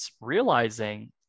realizing